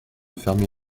fermer